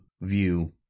view